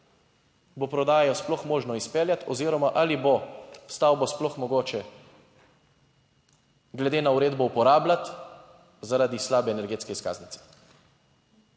bo prodajo sploh možno izpeljati oziroma ali bo stavbo sploh mogoče glede na uredbo uporabljati, zaradi slabe energetske izkaznice?